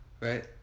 Right